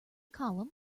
column